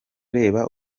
reba